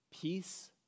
peace